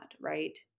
right